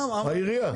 העירייה.